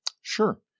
Sure